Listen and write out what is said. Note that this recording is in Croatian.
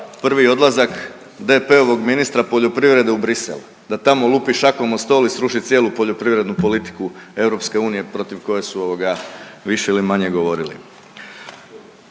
prvi odlazak DP-ovog ministra poljoprivrede u Bruxelles da tamo lupi šakom o stol i sruši cijelu poljoprivrednu politiku EU protiv koje su više ili manje govorili.